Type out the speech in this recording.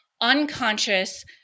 unconscious